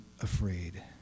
afraid